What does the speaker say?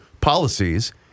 policies